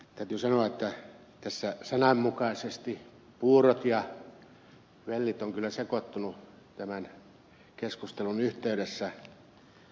täytyy sanoa että tässä sananmukaisesti puurot ja vellit ovat kyllä sekoittuneet tämän keskustelun yhteydessä useamman kerran